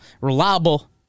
Reliable